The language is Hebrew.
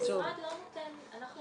למצוא --- המשרד לא נותן מבנים.